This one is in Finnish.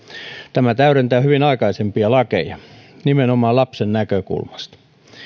tämä täydentää hyvin aikaisempia lakeja nimenomaan lapsen näkökulmasta